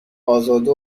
ازاده